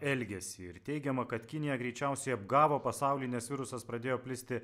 elgesį ir teigiama kad kinija greičiausiai apgavo pasaulį nes virusas pradėjo plisti